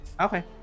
Okay